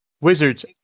wizards